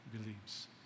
believes